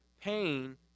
pain